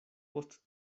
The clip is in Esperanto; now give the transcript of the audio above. post